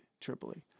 Tripoli